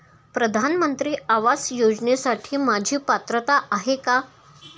प्रधानमंत्री आवास योजनेसाठी माझी पात्रता आहे का?